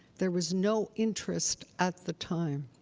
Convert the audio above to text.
there was no interest at the time.